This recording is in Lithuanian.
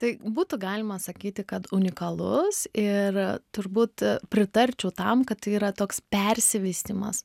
tai būtų galima sakyti kad unikalus ir turbūt pritarčiau tam kad tai yra toks persivystymas